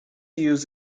use